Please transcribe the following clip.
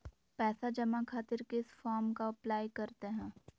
पैसा जमा खातिर किस फॉर्म का अप्लाई करते हैं?